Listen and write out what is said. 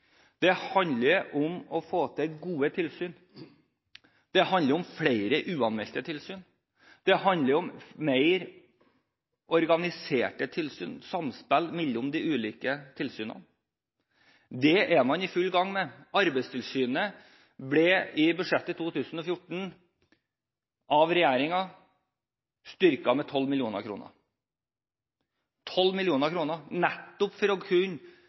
Det handler om å få til gode tilsyn. Det handler om flere uanmeldte tilsyn. Det handler om mer organiserte tilsyn, samspill mellom de ulike tilsynene. Det er man i full gang med. I budsjettet for 2014 styrket regjeringen Arbeidstilsynet med 12 mill. kr – 12 mill. kr – nettopp for å